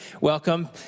welcome